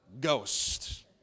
Ghost